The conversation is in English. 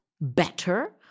better